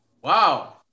Wow